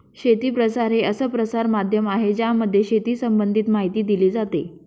शेती प्रसार हे असं प्रसार माध्यम आहे ज्यामध्ये शेती संबंधित माहिती दिली जाते